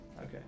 Okay